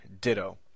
Ditto